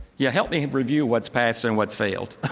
yeah help me review what's passed and what's failed.